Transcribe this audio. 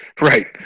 right